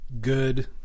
good